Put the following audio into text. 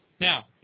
Now